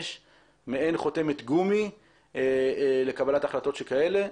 מעין חותמת גומי לקבלת החלטות כאלה,